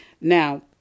Now